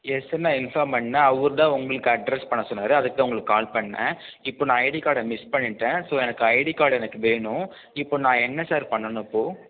yes நான் inform பண்ணன் அவர் தான் உங்களுக்கு அட்ரஸ் பண்ணினேன் சொன்னார் அதுக்குதான் உங்களுக்கு கால் பண்ணினேன் இப்போ நான் ஐடி கார்டை மிஸ் பண்ணிட்டேன் ஸோ எனக்கு ஐடி கார்டு எனக்கு வேணும் இப்போ நான் என்ன சார் பண்ணணும் இப்போ